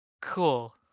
Cool